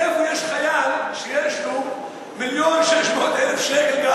איפה יש חייל שיש לו 1.6 מיליון שקל,